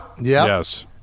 Yes